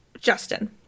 Justin